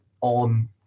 on